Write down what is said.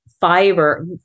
fiber